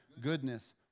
goodness